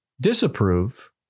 disapprove